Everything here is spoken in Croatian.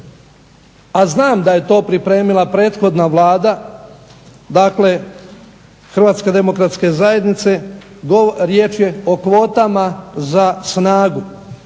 a znam da je to pripremila prethodna Vlada, dakle Hrvatske demokratske zajednice. Riječ je o kvotama za snagu.